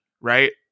right